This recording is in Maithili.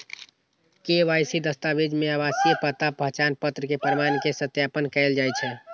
के.वाई.सी दस्तावेज मे आवासीय पता, पहचान पत्र के प्रमाण के सत्यापन कैल जाइ छै